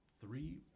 Three